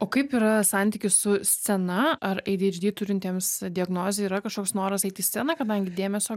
o kaip yra santykis su scena ar adhd turintiems diagnozę yra kažkoks noras eit į sceną kadangi dėmesio